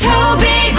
Toby